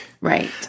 Right